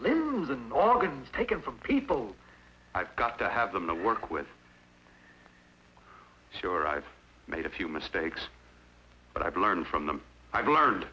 the organs taken from people i've got to have them to work with sure i've made a few mistakes but i've learned from them i've learned